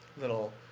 little